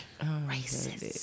racist